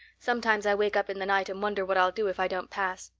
sometimes i wake up in the night and wonder what i'll do if i don't pass.